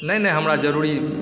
नहि नहि हमरा जरुरी